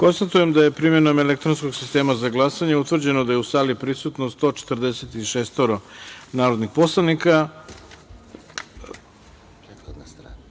Hvala. Konstatujem da je primenom elektronskog sistema za glasanje utvrđeno da je u sali prisutno 146 narodnih poslanika,